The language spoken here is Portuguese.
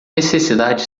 necessidade